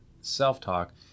self-talk